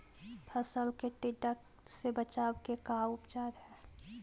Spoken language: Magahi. फ़सल के टिड्डा से बचाव के का उपचार है?